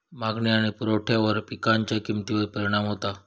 मागणी आणि पुरवठ्यावर पिकांच्या किमतीवर परिणाम होता